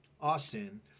Austin